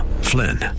Flynn